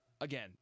again